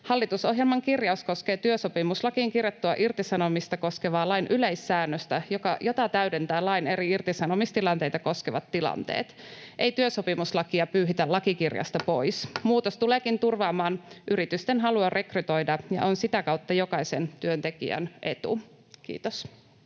Hallitusohjelman kirjaus koskee työsopimuslakiin kirjattua irtisanomista koskevaa lain yleissäännöstä, jota täydentävät lain eri irtisanomistilanteita koskevat tilanteet — ei työsopimuslakia pyyhitä lakikirjasta pois. Muutos tuleekin turvaamaan yritysten halua rekrytoida ja on sitä kautta jokaisen työntekijän etu. — Kiitos.